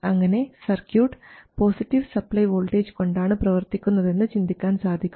അങ്ങനെ circuit positive supply voltage കൊണ്ടാണ് പ്രവർത്തിക്കുന്നതെന്ന് ചിന്തിക്കാൻ സാധിക്കും